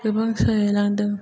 गोबां सोलायलांदों